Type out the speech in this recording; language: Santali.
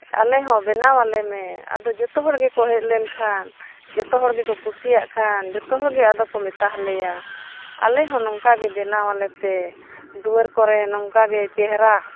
ᱟᱞᱮᱦᱚᱸ ᱵᱮᱱᱟᱣ ᱟᱞᱮᱢᱮ ᱟᱫᱚ ᱡᱚᱛᱚ ᱦᱚᱲ ᱜᱮᱠᱚ ᱦᱮᱡ ᱞᱮᱱᱠᱷᱟᱱ ᱡᱚᱛᱚ ᱦᱚᱲ ᱜᱮᱠᱚ ᱠᱩᱥᱤᱭᱟᱜ ᱠᱷᱟᱱ ᱡᱚᱛᱚ ᱦᱚᱲᱜᱮ ᱟᱫᱚ ᱠᱚ ᱢᱮᱛᱟ ᱞᱮᱭᱟ ᱟᱞᱮᱦᱚᱸ ᱱᱚᱝᱠᱟᱜᱮ ᱵᱮᱱᱟᱣ ᱟᱞᱮᱯᱮ ᱫᱩᱣᱟᱹᱨ ᱠᱚᱨᱮ ᱱᱚᱝᱠᱟᱜᱮ ᱪᱮᱦᱨᱟ